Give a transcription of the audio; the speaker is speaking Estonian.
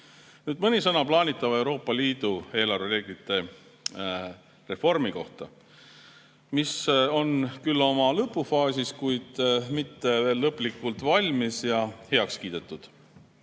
Nüüd mõni sõna plaanitava Euroopa Liidu eelarvereeglite reformi kohta, mis on küll oma lõpufaasis, kuid mitte veel lõplikult valmis ja heaks kiidetud.